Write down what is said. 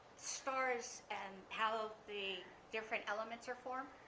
stars and how the different elements are formed.